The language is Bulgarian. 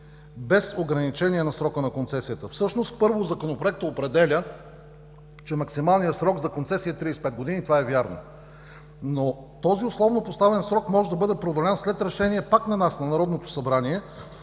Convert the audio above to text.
без ограничение на срока на концесията. Всъщност, първо, Законопроектът определя, че максималният срок за концесия е 35 години. Това е вярно. Този условно поставен срок може обаче да бъде преодолян след решение пак на нас, на Народното събрание,